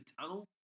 tunnel